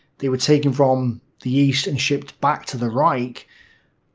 they were taken from the east and shipped back to the reich,